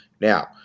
Now